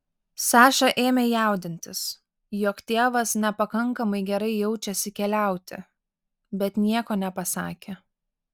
saša ėmė jaudintis jog tėvas nepakankamai gerai jaučiasi keliauti bet nieko nepasakė